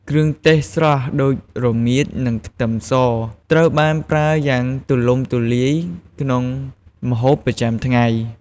គ្រឿងទេសស្រស់ដូចរមៀត និងខ្ទឹមសត្រូវបានប្រើយ៉ាងទូលំទូលាយក្នុងម្ហូបប្រចាំថ្ងៃ។